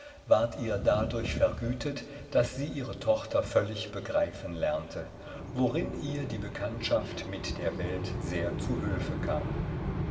ward ihr dadurch vergütet daß sie ihre tochter völlig begreifen lernte worin ihr die bekanntschaft mit der welt sehr zu hülfe kam